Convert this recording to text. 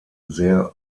sehr